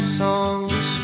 songs